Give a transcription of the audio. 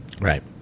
Right